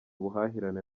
buhahirane